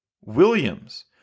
Williams